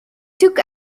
took